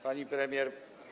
Pani Premier!